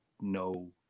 no